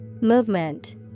Movement